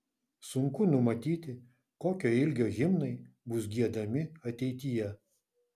sunku numatyti kokio ilgio himnai bus giedami ateityje